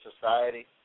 society